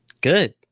Good